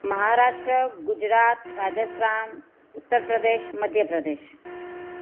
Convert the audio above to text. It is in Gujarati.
મહારાષ્ટ્ર ગુજરાત રાજસ્થાન ઉત્તર પ્રદેશ મધ્ય પ્રદેશ